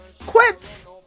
quits